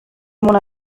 mona